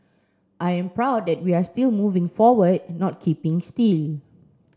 I am proud that we are still moving forward not keeping